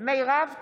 מירב כהן,